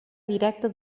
directa